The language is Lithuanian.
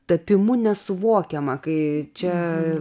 tapimu nesuvokiama kai čia